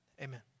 Amen